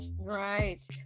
Right